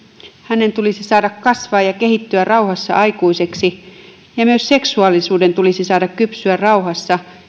hänen tulisi saada kasvaa ja kehittyä rauhassa aikuiseksi ja myös seksuaalisuuden tulisi saada kypsyä rauhassa